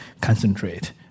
concentrate